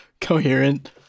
Coherent